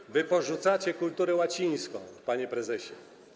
Ale wy porzucacie kulturę łacińską, panie prezesie.